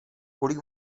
kolik